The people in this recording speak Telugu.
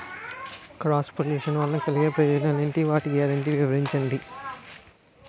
క్రాస్ పోలినేషన్ వలన కలిగే ప్రయోజనాలు ఎంటి? వాటి గ్యారంటీ వివరించండి?